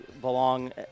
belong